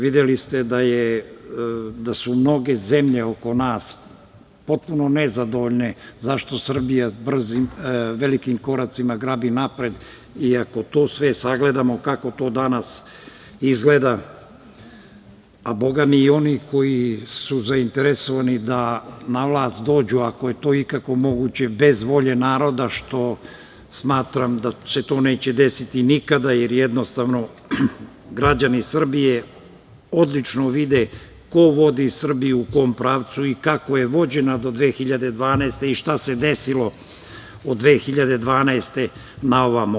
Videli ste da su mnoge zemlje oko nas potpuno nezadovoljne zašto Srbija velikim koracima grabi napred, i ako to sve sagledamo kako to danas izgleda, a bogami i oni koji su zainteresovani da na vlast dođu, ako je to ikako moguće bez volje naroda, što smatram da se to neće desiti nikada, jer jednostavno građani Srbije odlično vide ko vodi Srbiju i u kom pravcu i kako je vođena do 2012. godine i šta se desilo od 2012. na ovamo.